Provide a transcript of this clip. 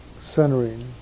centering